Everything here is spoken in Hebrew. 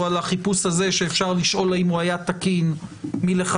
על החיפוש הזה שאפשר לשאול אם הוא היה תקין מלכתחילה,